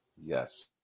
Yes